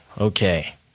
Okay